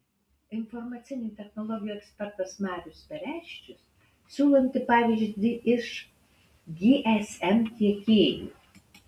informacinių technologijų ekspertas marius pareščius siūlo imti pavyzdį iš gsm tiekėjų